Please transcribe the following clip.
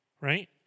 right